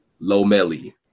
Lomeli